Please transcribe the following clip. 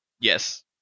Yes